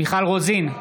מיכל רוזין,